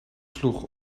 sloeg